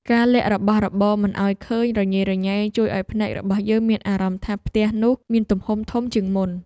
ការលាក់របស់របរមិនឱ្យមើលឃើញរញ៉េរញ៉ៃជួយឱ្យភ្នែករបស់យើងមានអារម្មណ៍ថាផ្ទះនោះមានទំហំធំជាងមុន។